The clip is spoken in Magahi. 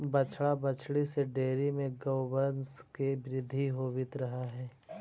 बछड़ा बछड़ी से डेयरी में गौवंश के वृद्धि होवित रह हइ